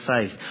faith